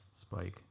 Spike